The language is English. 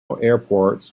airports